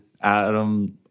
Adam